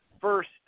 first